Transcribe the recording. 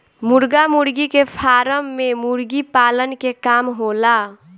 मुर्गा मुर्गी के फार्म में मुर्गी पालन के काम होला